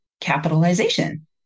capitalization